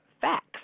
facts